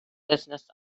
business